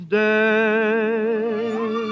day